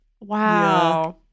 Wow